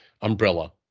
umbrella